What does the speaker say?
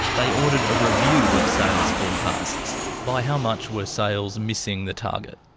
they ordered a review of sales forecasts. by how much were sales missing the target?